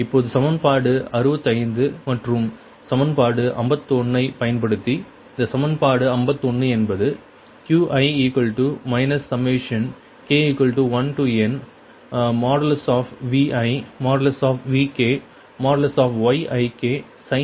இப்பொழுது சமன்பாடு 65 மற்றும் சமன்பாடு 51 ஐ பயன்படுத்தி அந்த சமன்பாடு 51 என்பது Qi k1nViVkYiksin ik ik ஆகும்